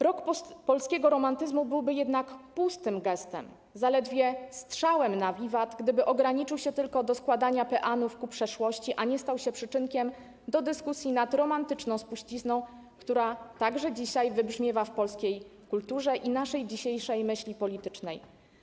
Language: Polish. Rok Polskiego Romantyzmu byłby jednak pustym gestem, zaledwie strzałem na wiwat, gdyby ograniczył się tylko do składania peanów na cześć przeszłości, a nie stał się przyczynkiem do dyskusji nad romantyczną spuścizną, która także dzisiaj wybrzmiewa w polskiej kulturze i naszej dzisiejszej myśli politycznej.